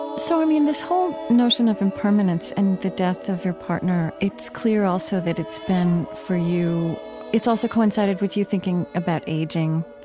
ah so this whole notion of impermanence and the death of your partner, it's clear also that it's been for you it's also coincided with you thinking about aging.